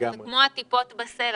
זה כמו הטיפות בסלע,